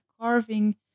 carving